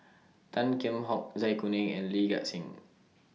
Tan Kheam Hock Zai Kuning and Lee Gek Seng